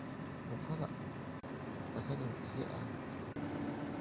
ᱱᱚᱝᱠᱟᱱᱟᱜ ᱯᱳᱥᱟᱠ ᱤᱧ ᱠᱩᱥᱤᱭᱟᱜᱼᱟ